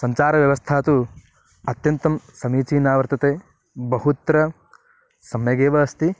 सञ्चारव्यवस्था तु अत्यन्तं समीचीना वर्तते बहुत्र सम्यगेव अस्ति